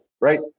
right